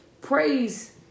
Praise